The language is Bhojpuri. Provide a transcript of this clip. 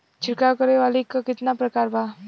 छिड़काव करे वाली क कितना प्रकार बा?